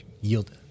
yield